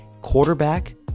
quarterback